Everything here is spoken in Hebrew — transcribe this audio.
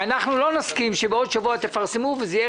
אנחנו לא נסכים שבעוד שבוע תפרסמו וזה יהיה